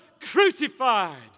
crucified